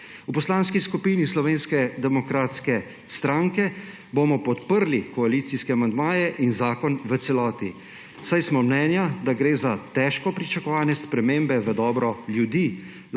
V Poslanski skupini Slovenske demokratske stranke bomo podprli koalicijske amandmaje in zakon v celoti, saj smo mnenja, da gre za težko pričakovane spremembe v dobro ljudi,